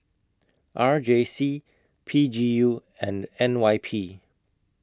R J C P G U and N Y P